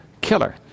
killer